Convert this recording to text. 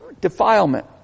Defilement